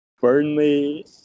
Burnley